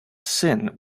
singh